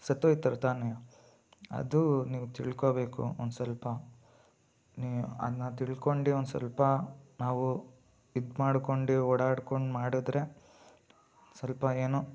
ಸತ್ತೋಯ್ತಾರೆ ತಾನೇ ಅದು ನೀವು ತಿಳ್ಕೋಬೇಕು ಒಂದು ಸ್ವಲ್ಪ ನೀ ಅದನ್ನ ತಿಳ್ಕೊಂಡು ಒಂದು ಸ್ವಲ್ಪ ನಾವು ಇದು ಮಾಡ್ಕೊಂಡು ಓಡಾಡ್ಕೊಂಡು ಮಾಡಿದ್ರೆ ಸ್ವಲ್ಪ ಏನೋ